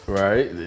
right